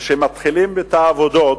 וכשמתחילים את העבודות,